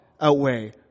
outweigh